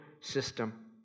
system